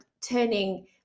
turning